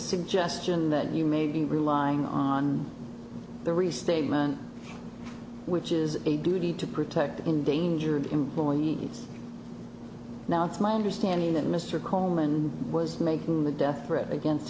suggestion that you may be relying on the restatement which is a duty to protect endangered employees now it's my understanding that mr coleman was making the death threat against